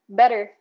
better